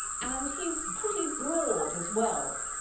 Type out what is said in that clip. and he's pretty broad as well.